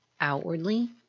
outwardly